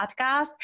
Podcast